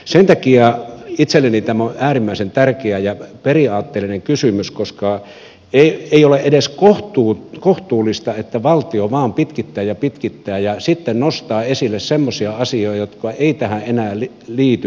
sen takia itselleni tämä on äärimmäisen tärkeä ja periaatteellinen kysymys koska ei ole edes kohtuullista että valtio vain pitkittää ja pitkittää ja sitten nostaa esille semmoisia asioita jotka eivät tähän enää liity